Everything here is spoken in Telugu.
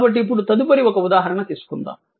కాబట్టి ఇప్పుడు తదుపరి ఒక ఉదాహరణ తీసుకుందాం